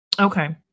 Okay